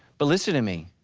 but listen to me,